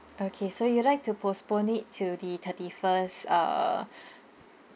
okay so you would like to postpone it to the thirty first uh